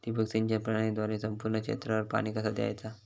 ठिबक सिंचन प्रणालीद्वारे संपूर्ण क्षेत्रावर पाणी कसा दयाचा?